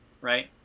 right